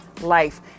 life